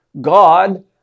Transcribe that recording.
God